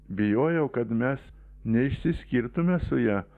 bijojau kad mes neišsiskirtume su ja